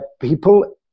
people